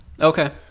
Okay